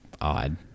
odd